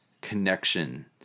connection